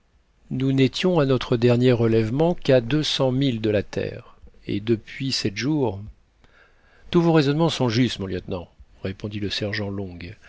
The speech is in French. nous n'étions à notre dernier relèvement qu'à deux cents milles de la terre et depuis sept jours tous vos raisonnements sont justes mon lieutenant répondit le sergent long